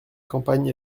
campagne